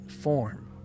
form